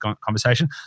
conversation